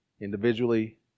individually